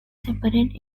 separate